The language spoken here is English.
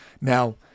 Now